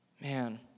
Man